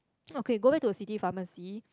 okay go back to a city pharmacy